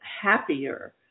happier